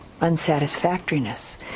unsatisfactoriness